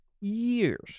Years